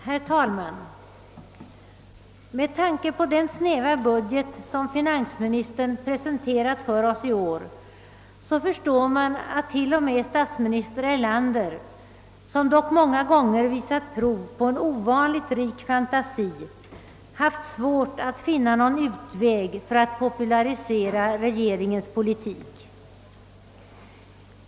Herr talman! Med tanke på den snäva budget som finansministern presenterat för oss i år förstår man att t.o.m. statsminister Erlander, som dock många gånger visat prov på en ovanligt rik fantasi, haft svårt att finna någon utväg för att popularisera regeringens politik.